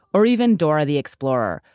or even dora the explorer,